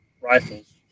rifles